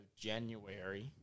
January